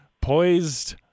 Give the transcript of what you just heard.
poised